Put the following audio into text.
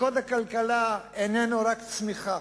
וקודקוד הכלכלה איננו רק צמיחה,